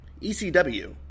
ECW